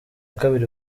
kabiri